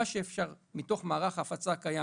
מה שאפשר מתוך מערך ההפצה הקיים.